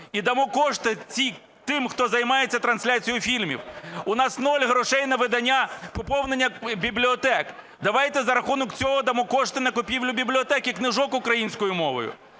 і дамо кошти тим, хто займається трансляцією фільмів. У нас нуль грошей на видання поповнення бібліотек. Давайте за рахунок цього дамо кошти на купівлю для бібліотек книжок українською мовою.